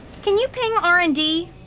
can you ping r and d?